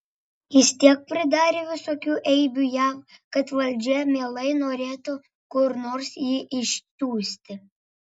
jis tiek pridarė visokių eibių jav kad valdžia mielai norėtų kur nors jį išsiųsti